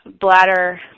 bladder